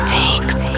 takes